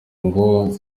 ngo